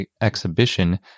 exhibition